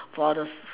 for this